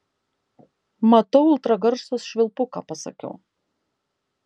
matau ultragarso švilpuką pasakiau